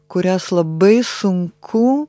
kurias labai sunku